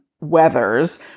weathers